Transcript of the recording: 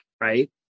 right